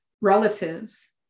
relatives